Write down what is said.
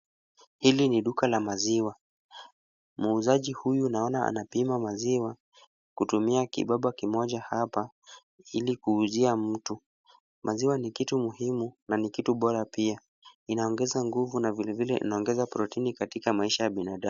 Hili ni duka la maziwa. Muuzaji huyu naona anapima maziwa kutumia kibaba kimoja hapa ili kuuzia mtu. Maziwa ni kitu muhimu na ni kitu bora pia. Inaongeza nguvu na vilevile inaongeza protini katika maisha ya binadamu.